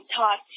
talk